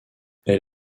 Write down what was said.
elle